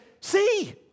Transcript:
See